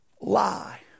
lie